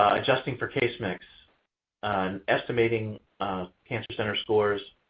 adjusting for case mix and estimating cancer center scores.